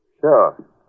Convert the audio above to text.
Sure